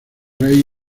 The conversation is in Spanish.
rey